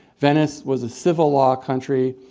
venice was a civil law country,